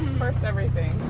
first everything.